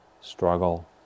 struggle